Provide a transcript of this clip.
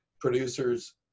producer's